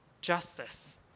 justice